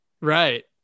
Right